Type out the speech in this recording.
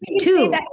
Two